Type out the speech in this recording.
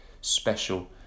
special